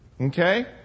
okay